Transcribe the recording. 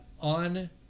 On